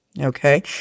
Okay